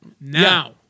now